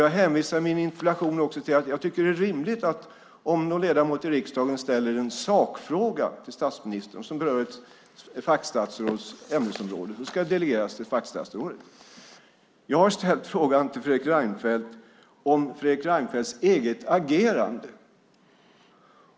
Jag hänvisar i min interpellation till att jag tycker att det är rimligt att om någon ledamot i riksdagen ställer en sakfråga till statsministern som berör ett fackstatsråds ämnesområde ska den delegeras till fackstatsrådet. Jag har ställt frågan till Fredrik Reinfeldt om Fredrik Reinfeldts eget agerande.